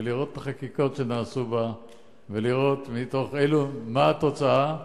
לראות את החקיקות שנעשו בה ולראות מתוך אלו - מה התוצאה,